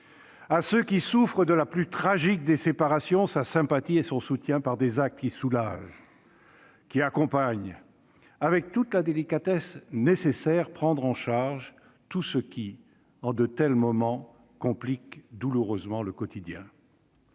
à ceux qui souffrent de la plus tragique des séparations, sa sympathie et son soutien, par des actes qui soulagent, qui accompagnent, et qu'elle doit- avec toute la délicatesse nécessaire -prendre en charge tout ce qui, en de tels moments, complique douloureusement le quotidien.